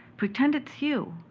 pretend it's you,